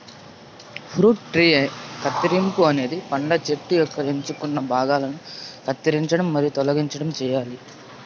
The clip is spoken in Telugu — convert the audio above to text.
ఫ్రూట్ ట్రీ కత్తిరింపు అనేది పండ్ల చెట్టు యొక్క ఎంచుకున్న భాగాలను కత్తిరించడం మరియు తొలగించడం చేయాలి